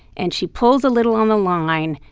and she pulls a little on the line,